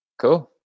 Cool